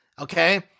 Okay